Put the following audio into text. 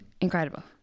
Incredible